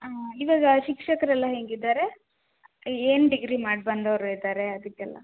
ಹಾಂ ಇವಾಗ ಶಿಕ್ಷಕರೆಲ್ಲ ಹೇಗಿದ್ದಾರೆ ಏನು ಡಿಗ್ರಿ ಮಾಡಿ ಬಂದೋರು ಇದ್ದಾರೆ ಅದಕ್ಕೆಲ್ಲ